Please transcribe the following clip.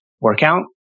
workout